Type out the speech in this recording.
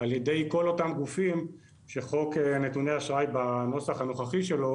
על ידי כל אותם גופים שחוק נתוני האשראי בנוסח הנוכחי שלו